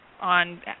on